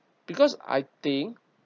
because I think